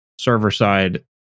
server-side